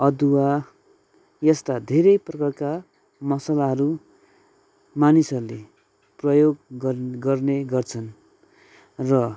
अदुवा यस्ता धेरै प्रकारका मसलाहरू मानिसहरूले प्रयोग गर्ने गर्छन् र